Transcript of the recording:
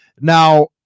Now